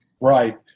Right